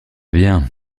bien